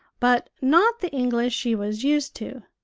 but not the english she was used to.